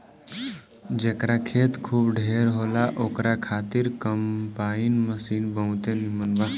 जेकरा खेत खूब ढेर होला ओकरा खातिर कम्पाईन मशीन बहुते नीमन बा